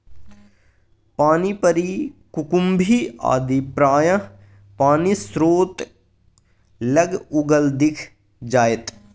पानिपरी कुकुम्भी आदि प्रायः पानिस्रोत लग उगल दिख जाएत